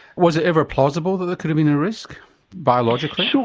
was it ever plausible that there could have been a risk biologically?